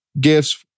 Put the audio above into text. gifts